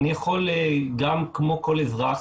אני יכול כמו כל אזרח